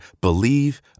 believe